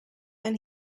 and